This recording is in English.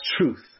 truth